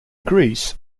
greece